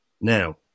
now